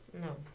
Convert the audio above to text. No